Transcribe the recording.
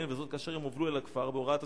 וזאת כאשר הם הובלו אל הכפר בהוראת השוטרים?